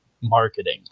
marketing